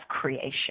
creation